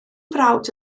frawd